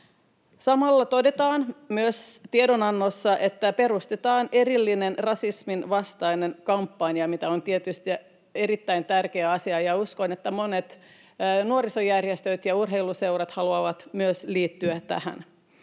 Samalla tiedonannossa todetaan myös, että perustetaan erillinen rasismin vastainen kampanja, mikä on tietysti erittäin tärkeä asia, ja uskon, että myös monet nuorisojärjestöt ja urheiluseurat haluavat liittyä tähän.